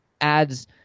adds